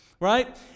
right